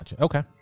Okay